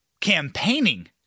campaigning